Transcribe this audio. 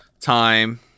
time